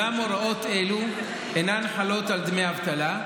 אולם הוראות אלו אינן חלות על דמי אבטלה,